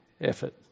effort